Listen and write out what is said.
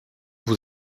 vous